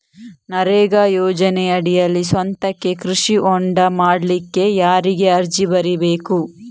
ನರೇಗಾ ಯೋಜನೆಯಡಿಯಲ್ಲಿ ಸ್ವಂತಕ್ಕೆ ಕೃಷಿ ಹೊಂಡ ಮಾಡ್ಲಿಕ್ಕೆ ಯಾರಿಗೆ ಅರ್ಜಿ ಬರಿಬೇಕು?